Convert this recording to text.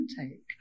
intake